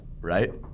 right